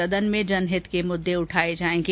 सदन में जनहित के मुद्दे उठाये जाएंगे